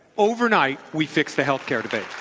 overnight, we fix the healthcare debate.